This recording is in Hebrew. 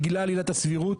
בגלל עילת הסבירות,